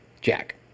Jack